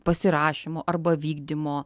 pasirašymo arba vykdymo